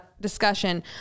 discussion